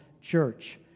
church